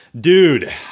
dude